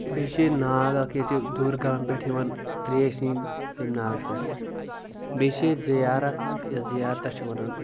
بیٚیہِ چھُ ییٚتہِ ناگ اکھ ییٚتہِ دوٗرِ گامہٕ پٮ۪ٹھ یِوان تریش ننہِ تمہِ ناگہٕ پٮ۪ٹھ بیٚیہِ چھِ ییٚتہِ زیارت یتھ زیارتس چھِ ونان